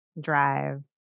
drive